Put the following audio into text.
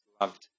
loved